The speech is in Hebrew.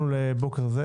נעולה.